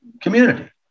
community